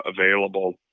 available